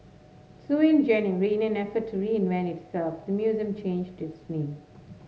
so in January in an effort to reinvent itself the museum changed its name